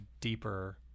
deeper